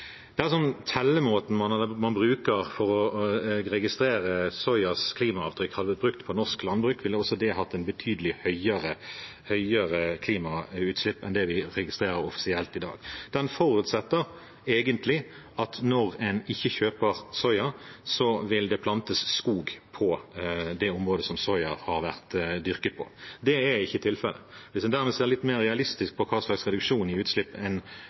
bærekraft. Dersom tellemåten man bruker for å registrere soyaens klimaavtrykk, hadde blitt brukt på norsk landbruk, ville også det hatt betydelig høyere klimautslipp enn det vi registrerer offisielt i dag. Den forutsetter egentlig at når en ikke kjøper soya, vil det plantes skog på det området soyaen har vært dyrket på. Det er ikke tilfellet. Hvis en ser litt mer realistisk på hva slags reduksjon i